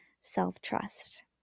self-trust